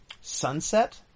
Sunset